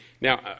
Now